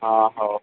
ହଁ ହଉ